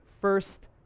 first